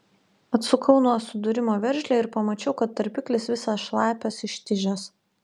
atsukau nuo sudūrimo veržlę ir pamačiau kad tarpiklis visas šlapias ištižęs